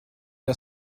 der